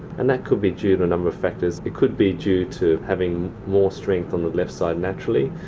and that could be due to a number of factors. it could be due to having more strength on the left side naturally.